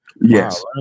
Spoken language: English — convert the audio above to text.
Yes